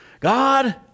God